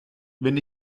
wenn